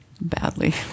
badly